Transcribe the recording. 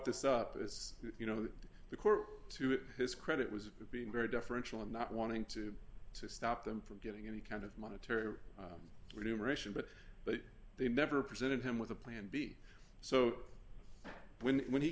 this up as you know the court to his credit was being very deferential in not wanting to to stop them from getting any kind of monetary room ration but they never presented him with a plan b so when when he